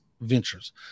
ventures